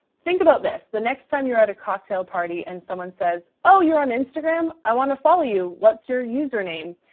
think about this. the next time you're at a cocktail party and someone says, oh, you're on instagram. i want to follow you. what's your username?